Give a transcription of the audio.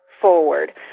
forward